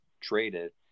traded